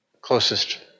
closest